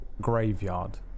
graveyard